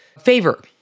favor